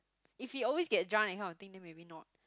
if he always get drunk that kind of thing then maybe not